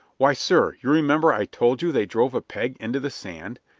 why, sir, you remember i told you they drove a peg into the sand.